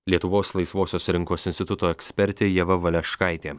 lietuvos laisvosios rinkos instituto ekspertė ieva valeškaitė